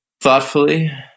thoughtfully